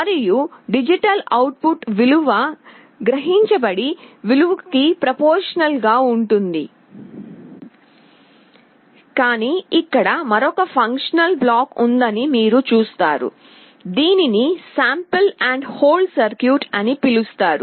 మరియు digital output విలువ గ్రహించబడిన విలువకి ప్రొపోర్ష నల్ గా ఉంటుంది కానీ ఇక్కడ మరొక ఫంక్షనల్ బ్లాక్ ఉందని మీరు చూస్తారు దీనిని నమూనా మరియు హోల్డ్ సర్క్యూట్ అని పిలుస్తారు